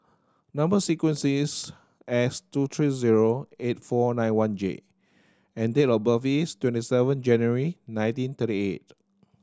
number sequence is S two three zero eight four nine one J and date of birth is twenty seven January nineteen thirty eight